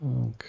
Okay